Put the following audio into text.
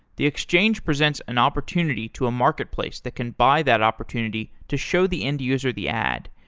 the exchange presents an opportunity to a market place that can buy that opportunity to show the end user the ad.